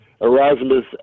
Erasmus